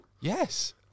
Yes